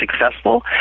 successful